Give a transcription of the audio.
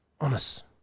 honest